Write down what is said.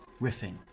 riffing